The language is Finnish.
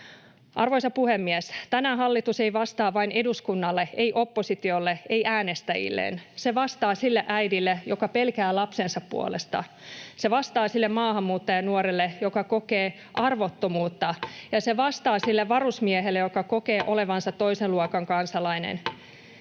Arvoisa puhemies! Tänään hallitus ei vastaa vain eduskunnalle, ei oppositiolle, ei äänestäjilleen. Se vastaa sille äidille, joka pelkää lapsensa puolesta. Se vastaa sille maahanmuuttajanuorelle, joka kokee arvottomuutta, ja se vastaa sille varusmiehelle, joka kokee olevansa toisen luokan kansalainen.